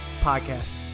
Podcast